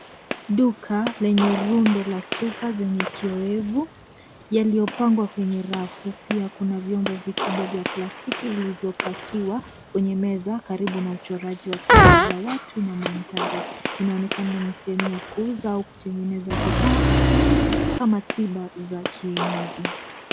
Duka lenye rundo la chupa zenye chenye kioevu, yaliopangwa kwenye rafu pia kuna vyombo vikubwa vya plastiki vilivyo pakiwa kwenye meza karibu uchorachi wa picha za watu na magari. Inaonekana ni sehemu ya kuuza au kutengeneza bidhaa asili kama tiba za kienyeji.